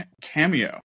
cameo